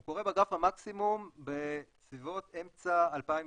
הוא קורה בגרף המקסימום בסביבות אמצע 2021